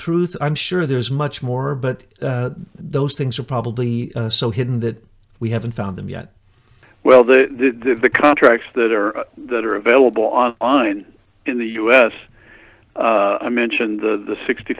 truth i'm sure there's much more but those things are probably so hidden that we haven't found them yet well the contracts that are that are available on line in the us i mentioned the sixty